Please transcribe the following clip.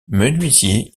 menuisier